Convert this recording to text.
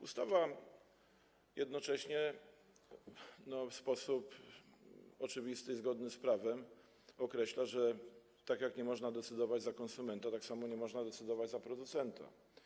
Ustawa jednocześnie w sposób oczywisty, zgodny z prawem określa, że tak jak nie można decydować za konsumenta, tak samo nie można decydować za producenta.